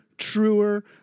truer